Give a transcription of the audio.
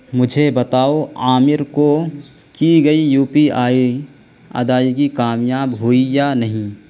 مجھے بتاؤ عامر کو کی گئی یو پی آئی ادائیگی کامیاب ہوئی یا نہیں